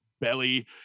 Belly